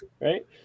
right